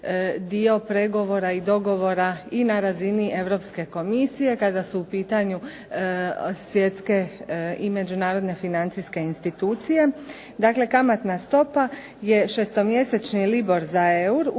dio pregovora i dogovora i na razini Europske komisije kada su u pitanju svjetske i međunarodne financijske institucije. Dakle, kamatna stopa je 6-mjesečni libor za eur,